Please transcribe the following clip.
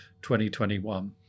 2021